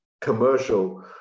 commercial